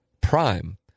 prime